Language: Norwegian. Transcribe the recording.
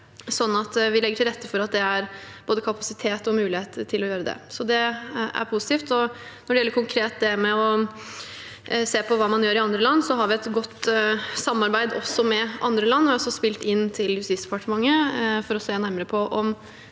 at vi legger til rette for at det er både kapasitet og mulighet til å gjøre det. Det er positivt. Når det gjelder konkret det å se på hva man gjør i andre land: Vi har et godt samarbeid også med andre land, og det er også spilt inn til Justisdepartementet for å se nærmere på om